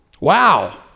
Wow